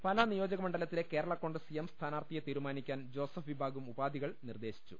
പാല നിയോജകമണ്ഡലത്തിലെ കേരളകോൺഗ്രസ് എം സ്ഥാനാർത്ഥിയെ തീരുമാനിക്കാൻ ജോസഫ് വിഭാഗം ഉപാധികൾ നിർദേശിച്ചു